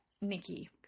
Nikki